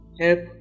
help